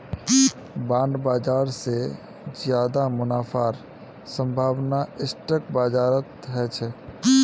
bond बाजार स ज्यादा मुनाफार संभावना स्टॉक बाजारत ह छेक